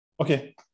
Okay